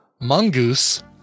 mongoose